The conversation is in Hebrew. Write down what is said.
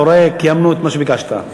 אתה רואה, קיימנו את מה שביקשת.